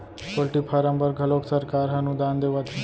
poultry farm बर घलोक सरकार ह अनुदान देवत हे